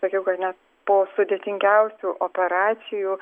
sakiau kad net po sudėtingiausių operacijų